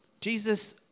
Jesus